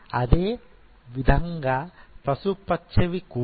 అదే విధంగా పసుపు పచ్ఛవి కూడా